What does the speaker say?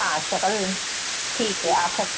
हाँ शक्ल ठीक है